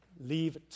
leave